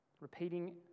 repeating